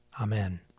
Amen